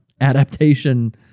adaptation